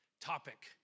topic